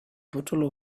bottle